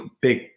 big